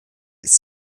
ist